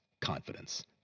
confidence